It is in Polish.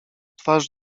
twarz